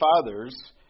fathers